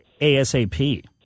ASAP